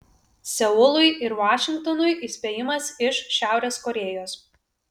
seului ir vašingtonui įspėjimas iš šiaurės korėjos